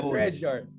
Treasure